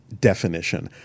definition